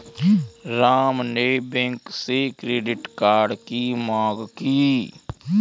राम ने बैंक से credit card की माँग की